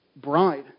bride